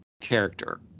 character